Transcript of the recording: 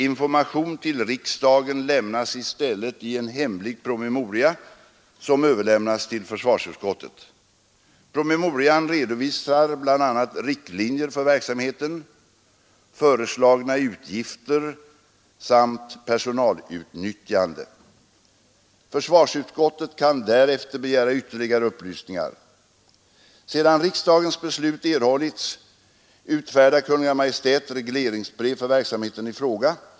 Information till riksdagen lämnas i stället i en hemlig promemoria som överlämnas till försvarsutskottet. Promemorian redovisar bl.a. riktlinjer för verksamheten, föreslagna utgifter samt personalutnyttjande. Försvarsutskottet kan därefter begära ytterligare upplysningar. Sedan riksdagens beslut erhållits utfärdar Kungl. Maj:t regleringsbrev för verksamheten i fråga.